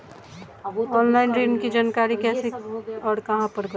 Online ऋण की जानकारी कैसे और कहां पर करें?